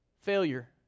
Failure